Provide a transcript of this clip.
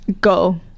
go